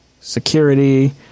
security